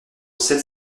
sept